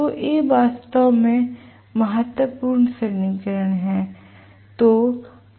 तो ये वास्तव में महत्वपूर्ण समीकरण हैं